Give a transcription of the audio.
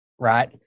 right